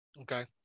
Okay